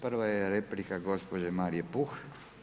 Prva je replika gospođe Marije Puh.